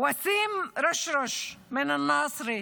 וסים רשרש מנצרת,